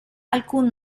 alcun